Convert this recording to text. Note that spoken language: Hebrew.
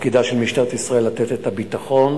תפקידה של משטרת ישראל לתת את הביטחון,